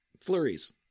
flurries